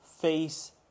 face